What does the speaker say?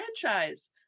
franchise